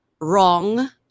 wrong